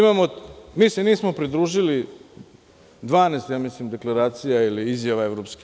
Mi se nismo pridružili 12 ja mislim dekleracija ili izjava EU.